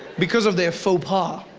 because of their fop-ha